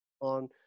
on